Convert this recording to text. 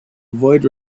avoid